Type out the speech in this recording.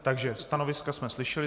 Takže stanoviska jsme slyšeli.